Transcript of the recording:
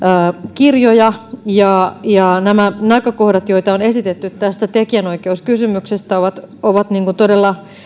kirjoja ja ja nämä näkökohdat joita on esitetty tästä tekijänoikeuskysymyksestä ovat ovat todella